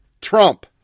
Trump